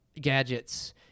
gadgets